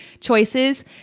choices